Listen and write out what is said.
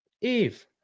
eve